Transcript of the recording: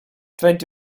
twenty